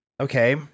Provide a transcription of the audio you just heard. okay